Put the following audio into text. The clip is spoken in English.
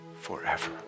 forever